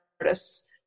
artists